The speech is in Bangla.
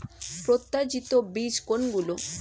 প্রত্যায়িত বীজ কোনগুলি?